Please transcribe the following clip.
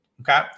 Okay